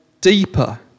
deeper